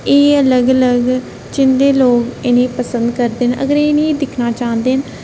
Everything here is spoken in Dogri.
एह् अलग अलग जेहडे लोक इंहेगी पसंद करदे ना अगर इंहेगी दिक्खना चाहदे ना ते